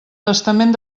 testament